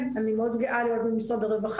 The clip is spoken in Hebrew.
הדרך שהוא רואה את הנוער הזה כמו אבא,